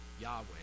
Yahweh